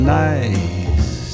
nice